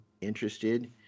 interested